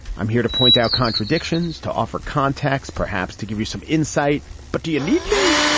i'm here to point out contradictions to offer context perhaps to give you some insight. but do you need me.